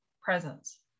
presence